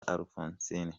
alphonsine